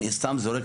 אני סתם זורק,